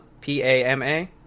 p-a-m-a